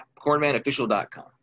cornmanofficial.com